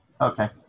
Okay